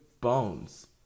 bones